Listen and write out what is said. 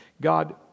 God